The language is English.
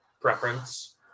preference